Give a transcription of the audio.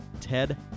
Ted